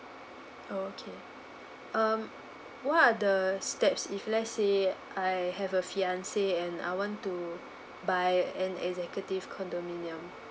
oh okay um what are the steps if let's say I have a fiancé and I want to buy an executive condominium